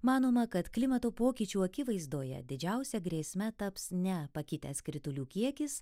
manoma kad klimato pokyčių akivaizdoje didžiausia grėsme taps ne pakitęs kritulių kiekis